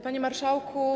Panie Marszałku!